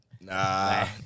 Nah